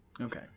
Okay